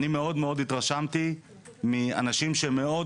אני מאוד מאוד התרשמתי מאנשים שהם מאוד